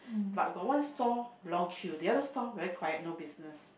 but got one stall long queue the other stall very quiet no business